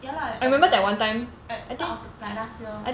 ya lah and then at start of like last year